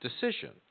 decision